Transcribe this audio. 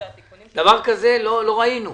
דבר כזה לא ראינו.